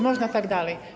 Można tak dalej.